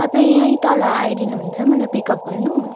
तपाईँ यहीँ तल आइदिनुहुन्छ मलाई पिकअप गर्नु